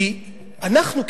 כי אנחנו,